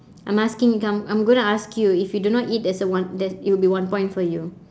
I'm asking come I'm gonna ask you if you do not eat there's a one there's it'll be one point for you